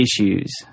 issues